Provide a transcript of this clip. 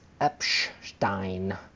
Epstein